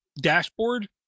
dashboard